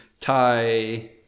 thai